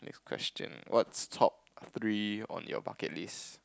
question what's top three on your bucket list